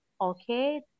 okay